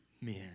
men